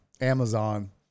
Amazon